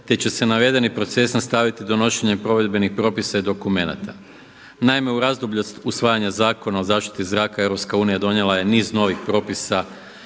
te će se navedeni proces nastaviti donošenjem provedbenih propisa i dokumenata. Naime, u razdoblju usvajanja Zakona o zaštiti zraka EU donijela je niz novih propisa